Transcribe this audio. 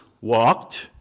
walked